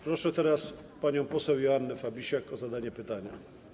Proszę też panią poseł Joannę Fabisiak o zadanie pytania.